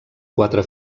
quatre